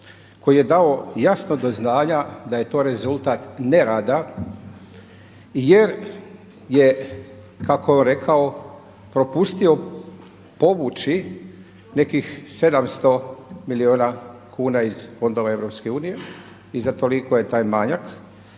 koji je dao jasno do znanja da je to rezultat nerada jer je kako je on rekao propustio povući nekih 700 milijuna kuna iz fondova EU i za toliko je taj manjak.